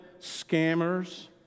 scammers